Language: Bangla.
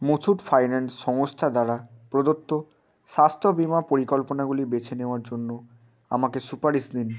মুথুট ফাইন্যান্স সংস্থা দ্বারা প্রদত্ত স্বাস্থ্য বিমা পরিকল্পনাগুলি বেছে নেওয়ার জন্য আমাকে সুপারিশ দিন